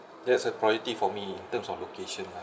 that's a priority for me in terms of location lah